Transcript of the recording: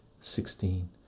sixteen